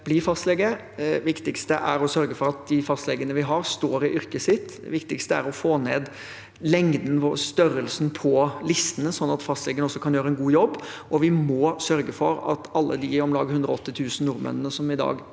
bli fastlege. Det viktigste er å sørge for at de fastlegene vi har, står i yrket sitt. Det viktigste er å få ned lengden, størrelsen, på listene, sånn at fastlegene kan gjøre en god jobb. Vi må også sørge for at alle de om lag 180 000 nordmennene som i dag